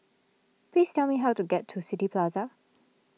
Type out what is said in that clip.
please tell me how to get to City Plaza